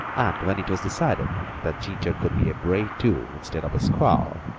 and when it was decided that ginger could be a brave, too, instead of a squaw,